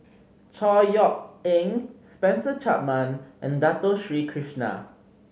Chor Yeok Eng Spencer Chapman and Dato Sri Krishna